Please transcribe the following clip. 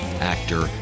actor